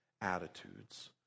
attitudes